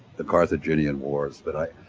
the carthaginian wars, but i,